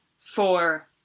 Four